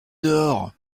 dehors